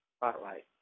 spotlight